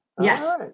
Yes